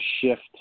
shift